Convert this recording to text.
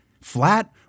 flat